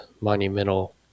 monumental